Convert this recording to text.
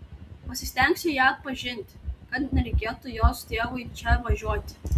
pasistengsiu ją atpažinti kad nereikėtų jos tėvui čia važiuoti